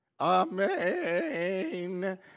Amen